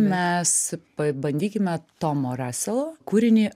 mes pabandykime tomo raselo kūrinį